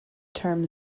term